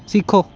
ਸਿੱਖੋ